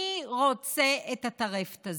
מי רוצה את הטרפת הזאת?